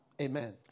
Amen